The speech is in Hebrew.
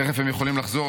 תכף הם יכולים לחזור,